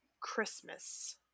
Christmas